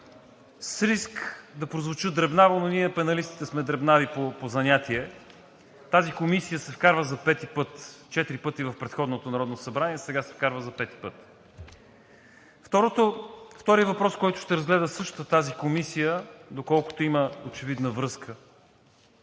С риск да прозвуча дребнаво, но ние пеналистите сме дребнави по занятие, тази комисия се вкарва за пети път – четири пъти в предходното Народно събрание, сега се вкарва за пети път. Вторият въпрос, който ще разгледа същата тази комисия, доколкото има очевидна връзка,